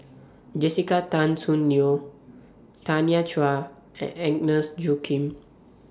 Jessica Tan Soon Neo Tanya Chua and Agnes Joaquim